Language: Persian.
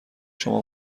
شما